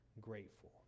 grateful